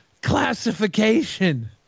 classification